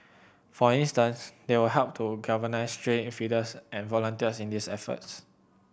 for instance they will help to galvanise stray feeders and volunteers in these efforts